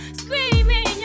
screaming